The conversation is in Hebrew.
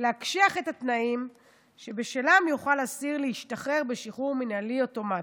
להקשיח את התנאים שבשלהם יוכל אסיר להשתחרר בשחרור מינהלי אוטומטי,